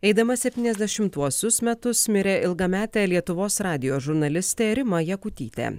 eidama septyniasdešimtuosius metus mirė ilgametė lietuvos radijo žurnalistė rima jakutytė